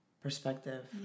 perspective